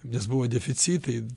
nes buvo deficitai